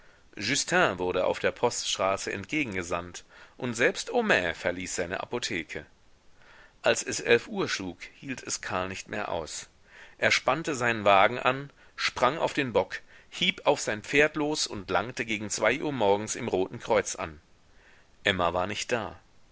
justin wurde auf der poststraße entgegengesandt und selbst homais verließ seine apotheke als es elf uhr schlug hielt es karl nicht mehr aus er spannte seinen wagen an sprang auf den bock hieb auf sein pferd los und langte gegen zwei uhr morgens im roten kreuz an emma war nicht da